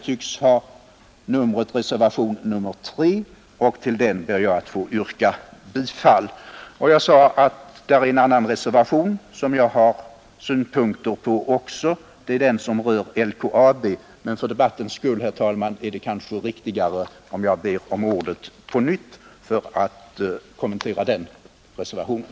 Till denna reservation, nr 3, ber jag att få yrka bifall. Det finns en annan reservation som jag också har synpunkter på, nämligen den som rör LKAB, men för debattens skull är det kanske riktigare att jag ber om ordet på nytt för att kommentera den reservationen.